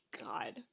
god